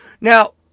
Now